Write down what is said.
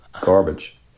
garbage